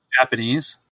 Japanese